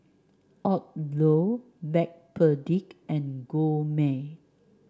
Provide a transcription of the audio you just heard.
Odlo Backpedic and Gourmet